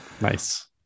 Nice